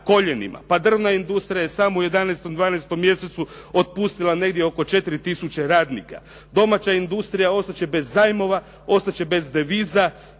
Pa drvna industrija je samo u 11., 12. mjesecu otpustila negdje oko 4 tisuće radnika. Domaća industrija ostat će bez zajmova, ostat će bez deviza